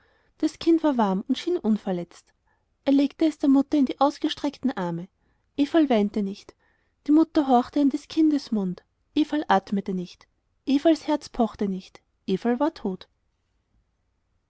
das kind war warm und schien unverletzt er legte es der mutter in die ausgestreckten arme everl weinte nicht die mutter horchte an des kindes mund everl atmete nicht everls herz pochte nicht everl war tot